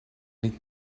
niet